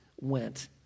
went